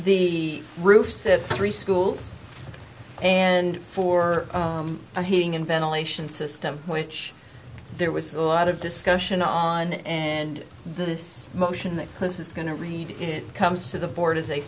the roof said three schools and four heating and ventilation system which there was a lot of discussion on and this motion that close is going to read it comes to the board as a